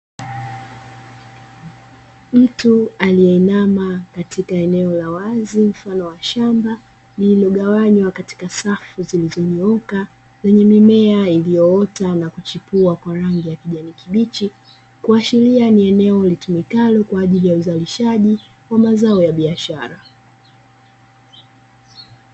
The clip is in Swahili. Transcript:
Mtu aliyeinama katika eneo la wazi mfano wa shamba, lililogawanywa katika safu zilizonyooka zenye mimea iliyoota na kuchipua kwa rangi za kijani kibichi, kuashiria ni eneo litumikalo kwa ajili ya uzalishaji wa mazao ya biashara.